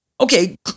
Okay